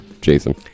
Jason